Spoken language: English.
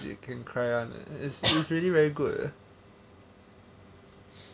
!huh!